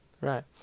Right